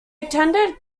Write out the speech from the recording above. attended